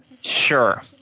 Sure